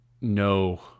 no